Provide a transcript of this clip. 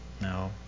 No